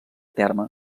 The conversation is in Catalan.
terme